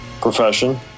profession